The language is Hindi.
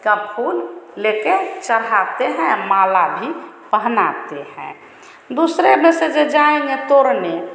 का फूल लेकर चढ़ाते हैं माला भी पहनाते हैं दूसरे में से जो जाएँगे तोड़ने